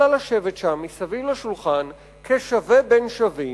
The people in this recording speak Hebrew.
אלא לשבת שם ליד השולחן כשווה בין שווים,